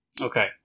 Okay